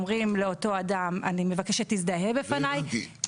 אומרים לאותו אדם: אני מבקש שתזדהה בפניי,